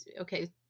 Okay